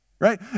Right